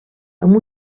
amb